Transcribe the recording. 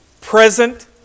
present